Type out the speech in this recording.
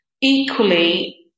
equally